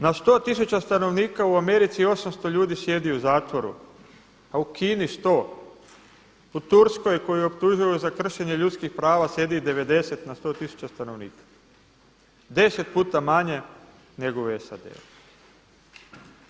Na 100 tisuća stanovnika u Americi 800 ljudi sjedi u zatvoru a u Kini 100, u Turskoj koju optužuju za kršenje ljudskih prava sjedi 90 na 100 tisuća stanovnika 10 puta manje nego u SAD-u.